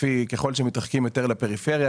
לפי ככל שמתרחקים יותר לפריפריה,